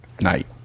Night